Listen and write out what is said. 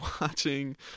watching